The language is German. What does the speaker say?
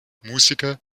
musiker